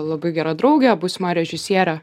labai gera draugė būsima režisierė